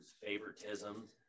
favoritism